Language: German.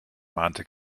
mahnte